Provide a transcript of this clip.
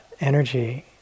energy